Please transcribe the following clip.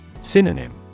Synonym